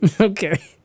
Okay